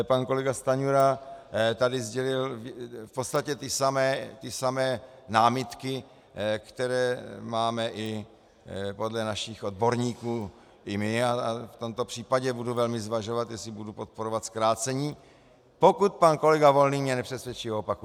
Pan kolega Stanjura tady sdělil v podstatě ty samé námitky, které máme i podle našich odborníků i my, a v tomto případě budu velmi zvažovat, jestli budu podporovat zkrácení, pokud pan kolega Volný mě nepřesvědčí o opaku.